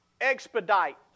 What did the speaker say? expedite